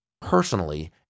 Personally